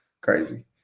Crazy